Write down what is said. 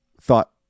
thought